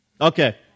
Okay